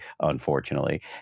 unfortunately